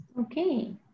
Okay